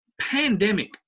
pandemic